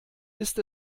ist